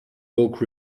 woke